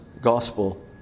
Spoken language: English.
gospel